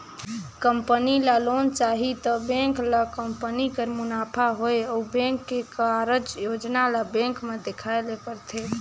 company ल loan चाही त बेंक ल कंपनी कर मुनाफा होए अउ बेंक के कारज योजना ल बेंक में देखाए ले परथे